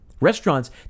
Restaurants